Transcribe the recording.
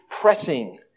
pressing